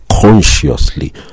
consciously